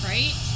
Right